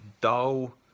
dull